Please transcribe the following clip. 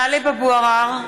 טלב אבו עראר,